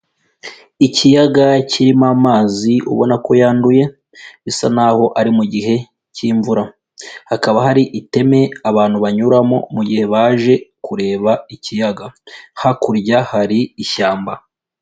Ikiyaga kirimo amazi ubona ko yanduye bisa naho ari mu gihe cy'imvura, hakaba hari iteme abantu banyuramo mu gihe baje kureba ikiyaga, hakurya hari ishyamba.